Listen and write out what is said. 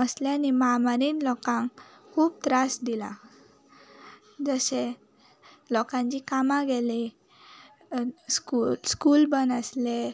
असल्या आनी महामारेन लोकांक खूब त्रास दिला जशें लोकांची कामा गेलीं स्कू स्कूल बंद आसलें